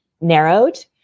narrowed